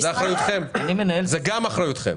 זה גם אחריותכם.